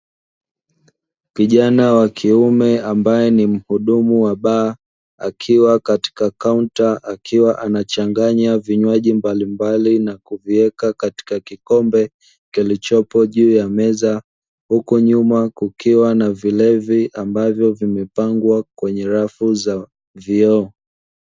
Kijana wa kiume ambaye ni muhudumu wa baa, akiwa katika kaunta akiwa anachanganya vinywaji mbalimbali na kuvieka katika kikombe kilichopo juu ya meza, huku nyuma kukiwa na vilevi ambavyo vimepangwa kwenye rafu za vioo.